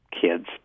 kids